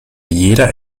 jeder